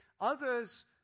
Others